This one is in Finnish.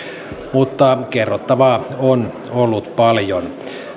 mutta kerrottavaa on ollut paljon